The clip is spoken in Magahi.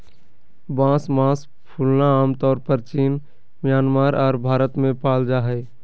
बांस मास फूलना आमतौर परचीन म्यांमार आर भारत में पाल जा हइ